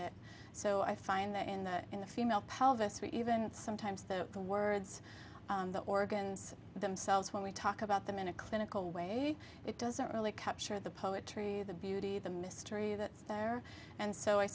it so i find that in the in the female pelvis we even sometimes the words the organs themselves when we talk about them in a clinical way it doesn't really cut sure the poetry the beauty the mystery that's there and so i